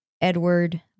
Edward